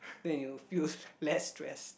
then you feel less stress